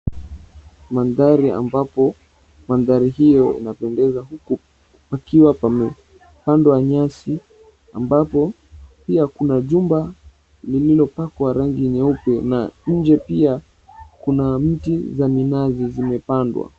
Mandhari ambapo mandhari hiyo inapendeza huku kukiwa kumepandwa nyasi ambapo pia kuna jumba lililo pakwa rangi nyeupe na nje pia kuna miti za minazi zimepandwa.